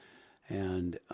and,